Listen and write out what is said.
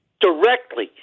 directly